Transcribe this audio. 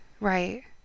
Right